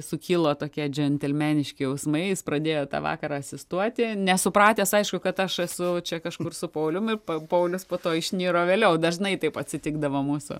sukilo tokie džentelmeniški jausmais jis pradėjo tą vakarą asistuoti nesupratęs aišku kad aš esu čia kažkur su paulium ir pa paulius po to išniro vėliau dažnai taip atsitikdavo mūsų